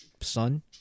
son